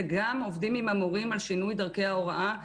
וגם עובדים עם המורים על שינוי דרכי ההוראה.